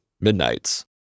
Midnights